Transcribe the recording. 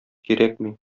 кирәкми